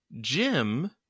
Jim